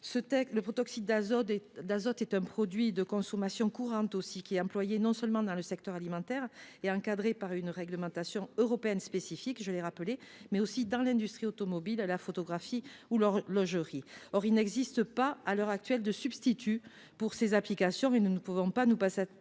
le protoxyde d’azote est un produit de consommation courante, qui est employé non seulement dans le secteur alimentaire, où il est encadré par une réglementation européenne spécifique, mais aussi dans l’industrie automobile, la photographie ou l’horlogerie. Or, pour l’heure, il n’existe pas de substitut pour ces applications, et nous ne pouvons pas nous passer du